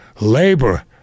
labor